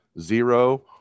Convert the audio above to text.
zero